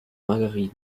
margarine